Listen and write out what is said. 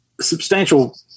substantial